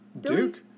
Duke